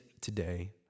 today